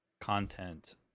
content